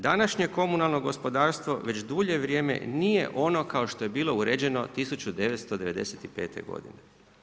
Današnje komunalno gospodarstvo već dulje vrijeme nije ono kao što je bilo uređeno 1995. godine.